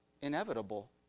inevitable